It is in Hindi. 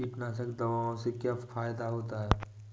कीटनाशक दवाओं से क्या फायदा होता है?